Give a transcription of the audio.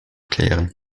erklären